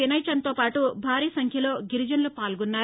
వినయ్చంద్తోపాటు భారీ సంఖ్యలో గిరిజనులు పాల్గొన్నారు